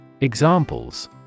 Examples